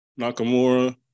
Nakamura